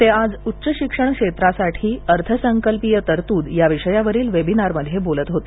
ते आज उच्च शिक्षण क्षेत्रासाठी अर्थसंकल्पीय तरतूद या विषयावरील वेबिनारमध्ये बोलत होते